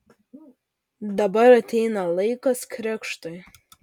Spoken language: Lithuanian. dabar ateina laikas krikštui